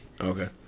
Okay